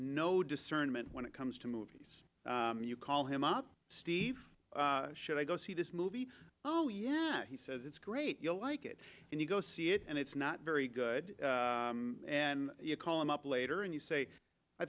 no discernment when it comes to movies you call him up steve should i go see this movie oh yeah he says it's great you'll like it and you go see it and it's not very good and you call him up later and you say i